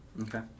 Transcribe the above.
Okay